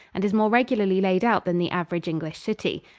and is more regularly laid out than the average english city.